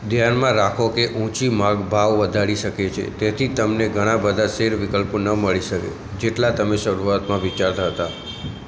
ધ્યાનમાં રાખો કે ઊંચી માગ ભાવ વધારી શકે છે તેથી તમને ઘણા બધા શેર વિકલ્પો ન મળી શકે જેટલા તમે શરૂઆતમાં વિચારતા હતા